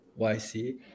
YC